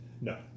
no